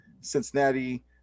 Cincinnati